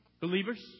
believers